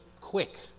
quick